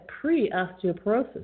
pre-osteoporosis